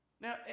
Now